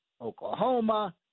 Oklahoma